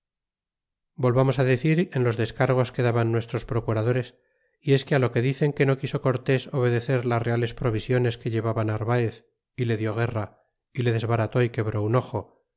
volvamos decir en los descargos que daban nuestros procuradores y es que á lo que dicen que no quiso cortés obedecer las reales provisiones que llevaba narvaez y le dió guerra y le desbarató y quebró un ojo